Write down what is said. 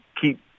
keep